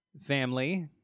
family